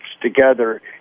together